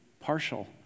partial